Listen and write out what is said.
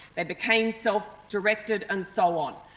they became self-directed and so on.